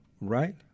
right